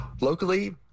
Locally